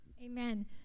Amen